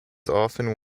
often